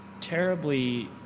terribly